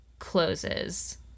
closes